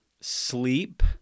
SLEEP